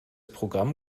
programm